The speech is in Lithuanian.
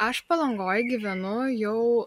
aš palangoj gyvenu jau